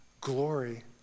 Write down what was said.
glory